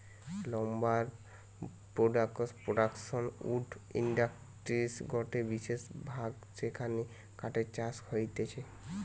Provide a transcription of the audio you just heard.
lumber production wood ইন্ডাস্ট্রির গটে বিশেষ ভাগ যেখানে কাঠের চাষ হতিছে